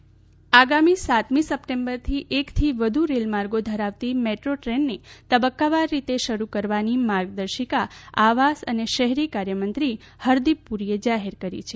metro Hardeep Puri આગામી સાતમી સપ્ટેમ્બરથી એકથી વધુ રેલમાર્ગો ધરાવતી મેટ્રો ટ્રેનને તબક્કાવાર રીતે શરૂ કરવાની માર્ગદર્શિકા આવાસ અને શહેરી કાર્યમંત્રી હરદીપ પુરીએ જાહેર કરી છે